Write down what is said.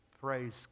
Praise